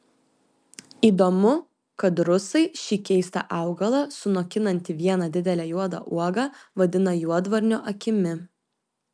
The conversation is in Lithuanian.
įdomu kad rusai šį keistą augalą sunokinantį vieną didelę juodą uogą vadina juodvarnio akimi